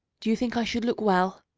do you think i should look well?